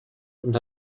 und